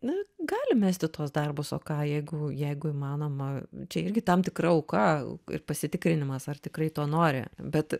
na gali mesti tuos darbus o ką jeigu jeigu įmanoma čia irgi tam tikra auka ir pasitikrinimas ar tikrai to nori bet